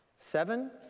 seven